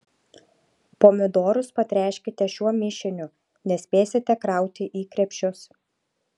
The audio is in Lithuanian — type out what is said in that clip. pomidorus patręškite šiuo mišiniu nespėsite krauti į krepšius